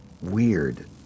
weird